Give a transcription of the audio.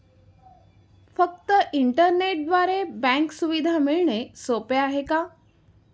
फक्त इंटरनेटद्वारे बँक सुविधा मिळणे सोपे आहे का?